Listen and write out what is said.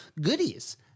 goodies